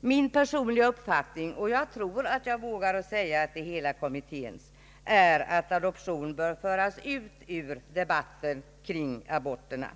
Min personliga uppfattning — och jag tror att jag vågar säga att den är hela kommitténs är att adoption bör föras ut ur debatten kring aborterna.